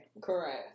Correct